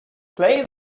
play